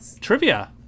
trivia